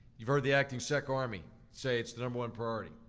you've heard the acting secarmy say it's the number one priority.